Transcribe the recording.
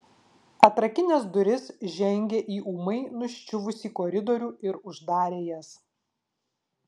atrakinęs duris žengė į ūmai nuščiuvusį koridorių ir uždarė jas